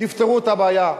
תפתרו את הבעיה.